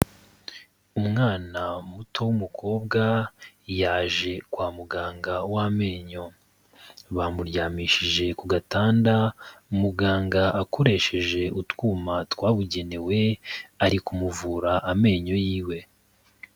Umwana muto w'umukobwa yaje kwa muganga w'amenyo, bamuryamishije ku gatanda, muganga akoresheje utwuma twabugenewe ari kumuvura amenyo yiwe.